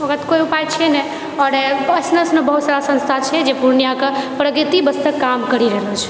ओकरा तऽ कोइ उपाय छै नहि आओर एईसनो एइसनो बहुत सारा संस्था छै जे पूर्णियाँके प्रगति वास्ते काम करि रहल छै